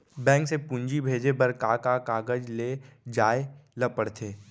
Bank से पूंजी भेजे बर का का कागज ले जाये ल पड़थे?